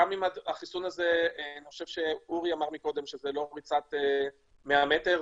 החיסון הזה הוא לא ריצת 100 מטר,